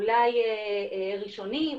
אולי ראשוני,